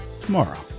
tomorrow